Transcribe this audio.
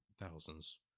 thousands